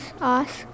Ask